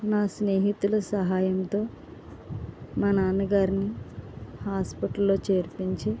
నా స్నేహితులు సహాయంతో మా నాన్న గారిని హాస్పిటల్లో చేర్పించి